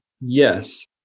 Yes